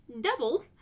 double